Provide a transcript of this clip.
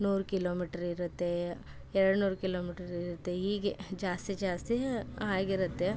ನೂರು ಕಿಲೋಮೀಟರ್ ಇರುತ್ತೆ ಎರಡುನೂರು ಕಿಲೋಮೀಟರ್ ಇರುತ್ತೆ ಹೀಗೆ ಜಾಸ್ತಿ ಜಾಸ್ತಿ ಆಗಿರುತ್ತೆ